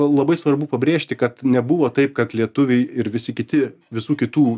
labai svarbu pabrėžti kad nebuvo taip kad lietuviai ir visi kiti visų kitų